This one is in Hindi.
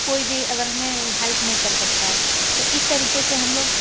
कोई भी अगर हमें हेल्प नहीं कर सकता है तो इस तरीके से हम लोग